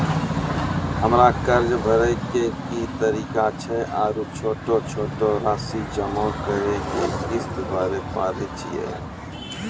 हमरा कर्ज भरे के की तरीका छै आरू छोटो छोटो रासि जमा करि के किस्त भरे पारे छियै?